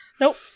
Nope